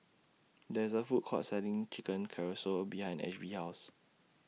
There IS A Food Court Selling Chicken Casserole behind Ashby's House